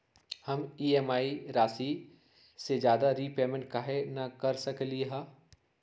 हम ई.एम.आई राशि से ज्यादा रीपेमेंट कहे न कर सकलि ह?